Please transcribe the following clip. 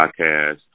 Podcast